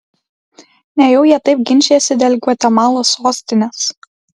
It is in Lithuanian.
nejau jie taip ginčijasi dėl gvatemalos sostinės